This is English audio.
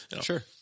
Sure